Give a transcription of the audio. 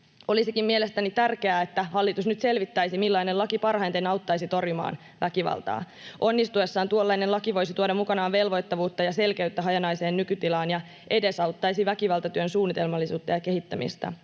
Olisikin mielestäni tärkeää, että hallitus nyt selvittäisi, millainen laki parhaiten auttaisi torjumaan väkivaltaa. Onnistuessaan tuollainen laki voisi tuoda mukanaan velvoittavuutta ja selkeyttä hajanaiseen nykytilaan ja edesauttaisi väkivaltatyön suunnitelmallisuutta ja kehittämistä.